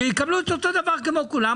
שיקבלו אותו דבר כמו כולם,